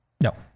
No